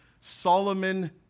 Solomon